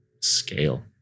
scale